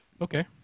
Okay